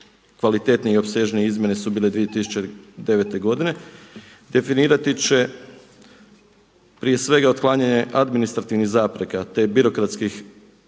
kvalitetnije i opsežnije izmjene su bile 2009. godine., definirati će prije svega otklanjanje administrativnih zapreka te birokratskih